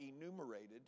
enumerated